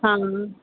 ਹਾਂ